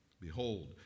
Behold